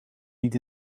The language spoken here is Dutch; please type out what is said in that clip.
niet